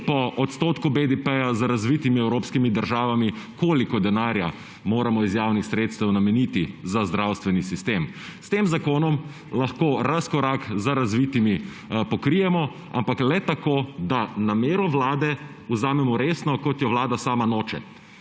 po odstotku BDP za razvitimi evropskimi državami, koliko denarja moramo iz javnih sredstev nameniti za zdravstveni sistem. S tem zakonom lahko razkorak za razvitimi pokrijemo, ampak le tako, da namero Vlade vzamemo resno, kot je Vlada sama noče.